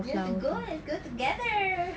you want to go let's go together